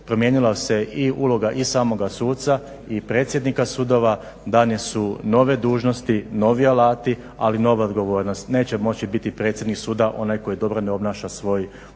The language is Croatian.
Promijenilo se i uloga i samoga suca i predsjednika sudova. Dane su nove dužnosti, novi alati ali nova odgovornost. Neće moći biti predsjednik suda onaj koji dobro ne obnaša svoj